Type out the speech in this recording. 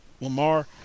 Lamar